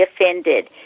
offended